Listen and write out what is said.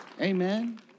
Amen